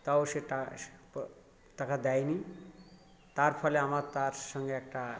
তাও সে টা টাকা দেয় নি তার ফলে আমার তার সঙ্গে একটা